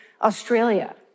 Australia